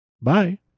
Bye